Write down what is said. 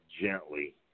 gently